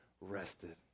rested